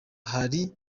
hari